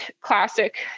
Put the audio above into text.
classic